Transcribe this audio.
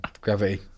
gravity